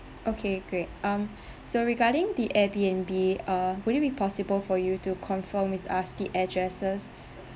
okay great um so regarding the Airbnb uh would it be possible for you to confirm with us the addresses